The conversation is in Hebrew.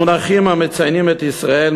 מונחים המציינים את ישראל,